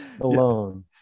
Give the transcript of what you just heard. alone